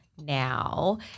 now